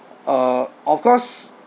uh of course